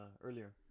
Earlier